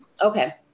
Okay